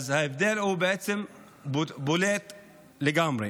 ההבדל הוא בולט לגמרי.